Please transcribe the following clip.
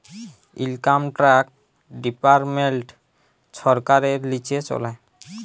income tax department ছরকারের লিচে চলে